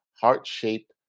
heart-shaped